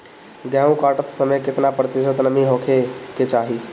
गेहूँ काटत समय केतना प्रतिशत नमी होखे के चाहीं?